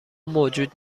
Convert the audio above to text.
موجود